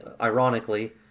ironically